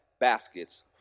baskets